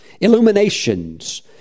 illuminations